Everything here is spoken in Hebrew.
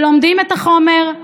לומדים את החומר,